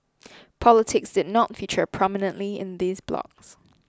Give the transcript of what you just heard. politics did not feature prominently in these blogs